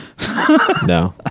No